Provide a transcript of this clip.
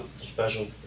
special